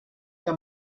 que